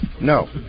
no